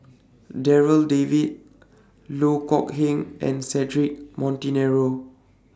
Darryl David Loh Kok Heng and Cedric Monteiro